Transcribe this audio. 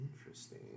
Interesting